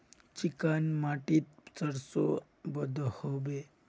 Chicken माटित सरसों बढ़ो होबे?